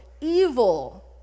evil